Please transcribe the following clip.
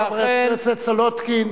את רואה, חברת הכנסת סולודקין?